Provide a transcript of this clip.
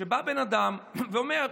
בא בן אדם ואומר: